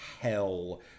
hell